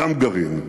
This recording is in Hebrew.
גם גרעין.